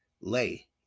lay